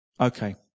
Okay